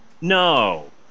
No